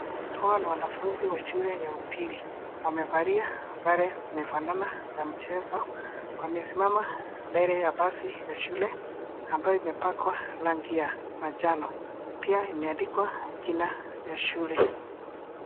Hawa ni wanafunzi wa shule ya upili .Wamevalia sare imefanana na mchezo .Wamesimama mbele ya basi ya shule ambayo imepakwa rangi ya manjano, pia imeandikwa jina ya shule.